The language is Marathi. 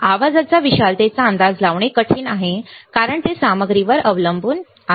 आवाजाच्या विशालतेचा अंदाज लावणे कठीण आहे कारण ते सामग्रीवर अवलंबून आहे